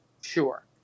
sure